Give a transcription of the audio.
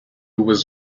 was